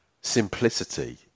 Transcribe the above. simplicity